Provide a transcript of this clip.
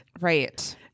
Right